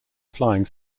flying